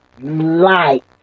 light